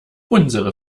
unsere